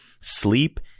sleep